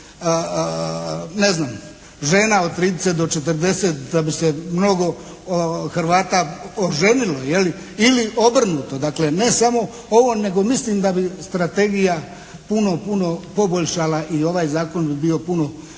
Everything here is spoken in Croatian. ne znam žena od 30 do 40 da bi se mnogo Hrvata oženilo je li, ili obrnuto. Dakle ne samo ovo, nego mislim da bi strategija puno puno poboljšala i ovaj zakon bi bio puno